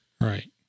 Right